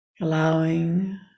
allowing